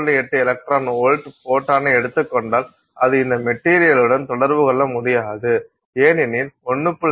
8 electron volt ஃபோட்டானை எடுத்துக் கொண்டால் அது இந்த மெட்டீரியளுடன் தொடர்பு கொள்ள முடியாது ஏனெனில் 1